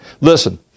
Listen